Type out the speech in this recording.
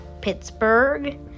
Pittsburgh